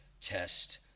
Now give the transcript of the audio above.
test